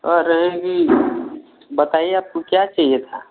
कह रहे हैं कि बताइए आपको क्या चाहिए था